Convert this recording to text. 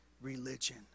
religion